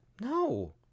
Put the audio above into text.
No